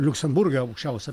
liuksemburge aukščiausia